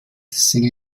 single